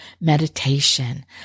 meditation